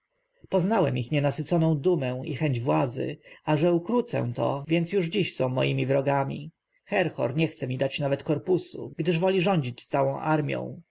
poznałem ich nienasyconą dumę i chęć władzy a że ukrócę to więc już dziś są moimi wrogami herhor nie chce mi dać nawet korpusu gdyż woli rządzić całą armją